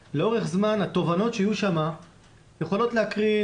התובנות שיהיו שם יכולות להקרין